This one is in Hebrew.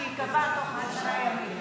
כך שייקבע תוך עשרה ימים?